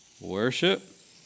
Worship